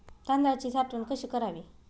तांदळाची साठवण कशी करावी?